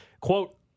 quote